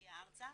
להגיע ארצה.